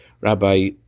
Rabbi